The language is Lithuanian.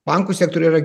bankų sektoriuj yra